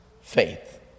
faith